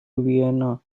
vienna